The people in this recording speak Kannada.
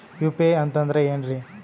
ಯು.ಪಿ.ಐ ಅಂತಂದ್ರೆ ಏನ್ರೀ?